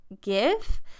give